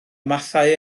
mathau